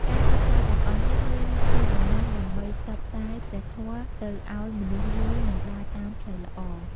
ការសិក្សាទាំងអស់នេះ មានគោលបំណងដើម្បីផ្សព្វផ្សាយព្រះធម៌ទៅឱ្យមនុស្សយល់និងដើរតាមផ្លូវល្អ។